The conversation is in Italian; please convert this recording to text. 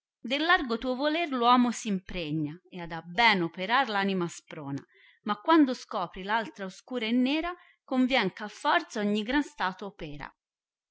largo tuo voler uomo s impregna ed a ben operar l anima sprona ma quando scopre l altra oscura e nera convien eh a forza ogni gran stato pera